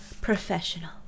professional